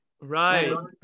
Right